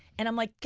and i'm like, yeah,